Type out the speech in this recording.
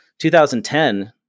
2010